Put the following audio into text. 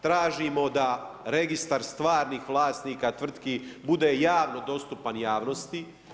Tražimo da Registar stvarnih vlasnika tvrtki bude javno dostupan javnosti.